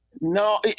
No